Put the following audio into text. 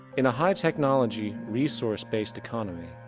in a high technology, resourced based economy,